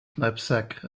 knapsack